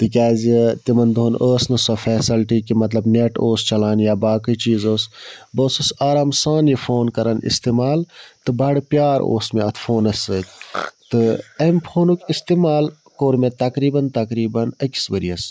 تِکیٛازِ تِمَن دۄہَن ٲس نہٕ سۄ فیسَلٹی کہِ مطلب نٮ۪ٹ اوس چَلان یا باقٕے چیٖز اوس بہٕ اوسُس آرام سان یہِ فون کَرَن اِستعمال تہٕ بَڈٕ پیار اوس مےٚ اَتھ فونَس سۭتۍ تہٕ اَمہِ فونُک اِستعمال کوٚر مےٚ تقریٖباً تقریٖباً أکِس ؤرۍیَس